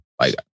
Like-